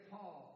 Paul